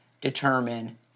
determine